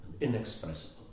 inexpressible